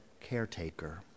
caretaker